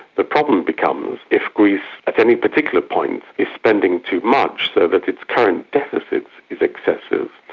the problem becomes if greece at any particular point is spending too much, so that its current deficit is excessive.